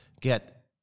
get